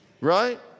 right